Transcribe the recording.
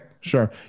sure